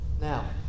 Now